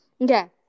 Okay